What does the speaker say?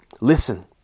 Listen